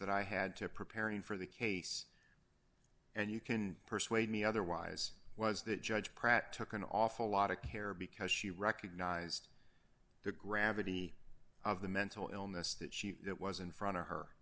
that i had to preparing for the case and you can persuade me otherwise was that judge pratt took an awful lot of care because she recognized the gravity of the mental illness that she that was in front of her